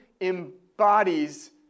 embodies